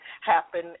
happen